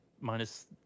minus